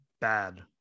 bad